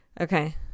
Okay